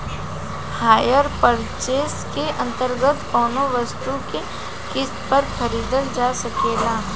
hire purchase के अंतर्गत कौनो वस्तु के किस्त पर खरीदल जा सकेला